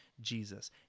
Jesus